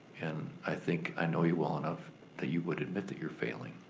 and i think i know you well enough that you would admit that you're failing.